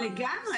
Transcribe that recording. לגמרי.